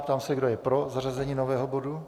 Ptám se, kdo je pro zařazení nového bodu.